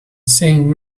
saying